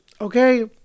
okay